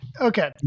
Okay